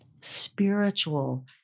spiritual